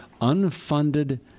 Unfunded